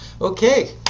Okay